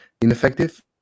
ineffective